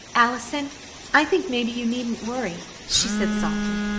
allison i think maybe you needn't worry she said softly.